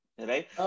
Right